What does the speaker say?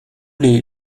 les